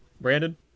Brandon